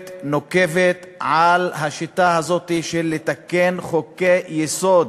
נוקבת על השיטה הזו לתיקון חוקי-יסוד,